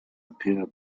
appear